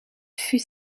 fut